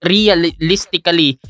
Realistically